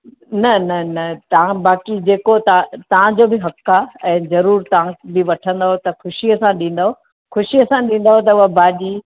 न न न तां बाकी जेको तां तांजो बि हक आ ऐं जरूर तां बिवठंदव त खुशीअ सां ॾींदव खुशीअ सां ॾींदव त उहा भाॼी